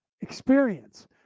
experience